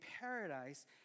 paradise